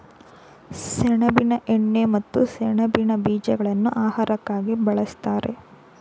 ಸೆಣಬಿನ ಎಣ್ಣೆ ಮತ್ತು ಸೆಣಬಿನ ಬೀಜಗಳನ್ನು ಆಹಾರಕ್ಕಾಗಿ ಬಳ್ಸತ್ತರೆ